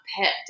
Pet